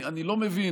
אני לא מבין.